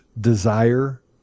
desire